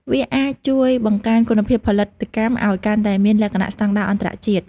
វាអាចជួយបង្កើនគុណភាពផលិតកម្មឲ្យកាន់តែមានលក្ខណៈស្តង់ដារអន្តរជាតិ។